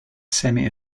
semi